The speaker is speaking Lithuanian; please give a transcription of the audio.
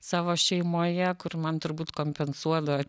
savo šeimoje kur man turbūt kompensuodavo